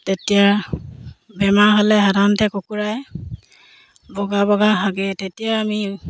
তেতিয়া বেমাৰ হ'লে সাধাৰণতে কুকুৰাই বগা বগা হাগে তেতিয়া আমি